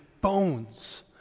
bones